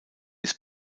ist